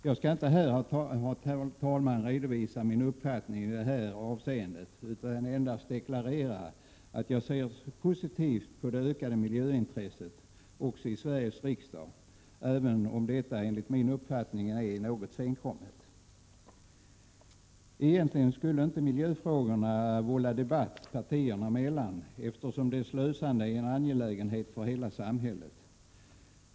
Jag skall inte här, herr talman, redovisa min uppfattning i det här avseendet, utan endast deklarera att jag ser positivt på det ökade miljöintresset också i Sveriges riksdag — även om detta enligt min uppfattning är något senkommet. Egentligen skulle miljöfrågorna inte vålla debatt partierna emellan, eftersom deras lösande är en angelägenhet för hela samhället.